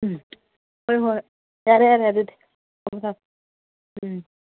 ꯎꯝ ꯍꯣꯏ ꯍꯣꯏ ꯌꯥꯔꯦ ꯌꯥꯔꯦ ꯑꯗꯨꯗꯤ ꯊꯝꯃꯦ ꯊꯝꯃꯦ ꯎꯝ